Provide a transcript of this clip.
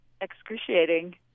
excruciating